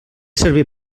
servir